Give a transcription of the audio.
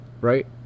right